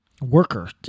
Worker